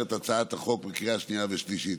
את הצעת החוק בקריאה השנייה והשלישית.